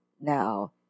now